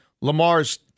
Lamar's